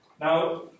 Now